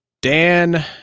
dan